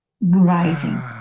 rising